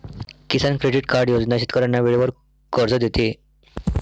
किसान credit card योजना शेतकऱ्यांना वेळेवर कर्ज देते